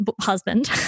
husband